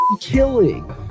killing